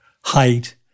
height